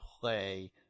play